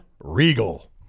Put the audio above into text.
Regal